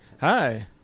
Hi